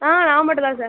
ஆ நான் மட்டும் தான் சார்